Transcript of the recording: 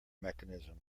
mechanism